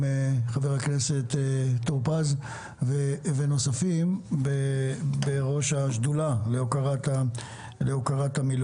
חבר הכנסת טור פז ונוספים אנחנו בראש השדולה להוקרת המילואים.